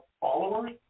followers